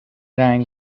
رنگ